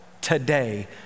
today